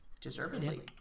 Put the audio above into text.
Deservedly